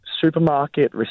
supermarket